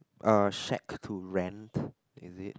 uh shack to rent is it